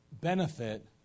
benefit